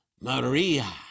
Maria